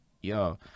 yo